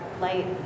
light